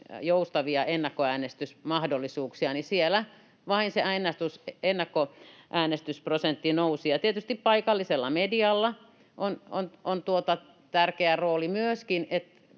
joustavia ennakkoäänestysmahdollisuuksia, se ennakkoäänestysprosentti vain nousi. Tietysti myöskin paikallisella medialla on tärkeä rooli.